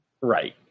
Right